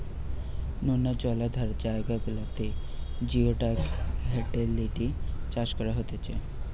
নোনা জলাধার জায়গা গুলাতে জিওডাক হিটেলিডি চাষ করা হতিছে